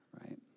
right